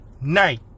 night